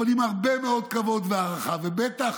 אבל עם הרבה מאוד כבוד והערכה, ובטח